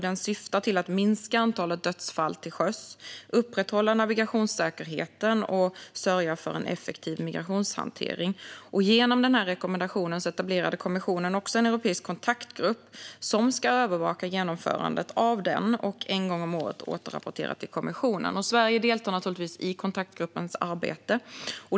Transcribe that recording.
Den syftar till att minska antalet dödsfall till sjöss, upprätthålla navigationssäkerheten och sörja för en effektiv migrationshantering. Genom denna rekommendation etablerade kommissionen också en europeisk kontaktgrupp som ska övervaka genomförandet av den och en gång om året återrapportera till kommissionen. Sverige deltar naturligtvis i kontaktgruppens arbete.